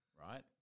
right